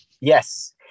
Yes